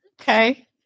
Okay